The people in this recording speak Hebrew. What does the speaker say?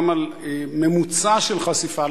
גם על ממוצע של חשיפה,